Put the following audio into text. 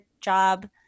job